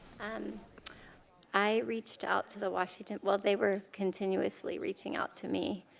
um i reached out to the washington well, they were continuously reaching out to me.